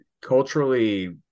culturally